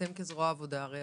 אתם כזרוע העבודה, הרי